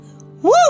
Woo